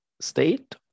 state